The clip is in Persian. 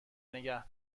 نگه